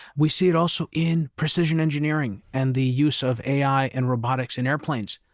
we see it also in precision engineering and the use of ai and robotics in airplanes.